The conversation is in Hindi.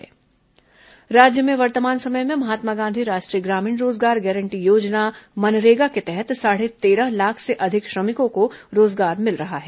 सिंहदेव समीक्षा राज्य में वर्तमान समय में महात्मा गांधी राष्ट्रीय ग्रामीण रोजगार गारंटी योजना मनरेगा के तहत साढ़े तेरह लाख से अधिक श्रमिकों को रोजगार मिल रहा है